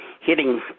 hitting